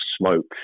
smoke